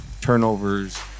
turnovers